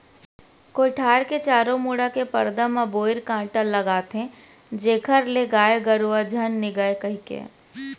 कोठार के चारों मुड़ा के परदा म बोइर कांटा लगाथें जेखर ले गाय गरुवा झन निगय कहिके